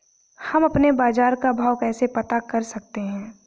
हम अपने बाजार का भाव कैसे पता कर सकते है?